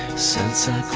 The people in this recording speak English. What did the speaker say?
sensei